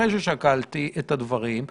למעט פרק ג' וסעיפים 22 ו-23,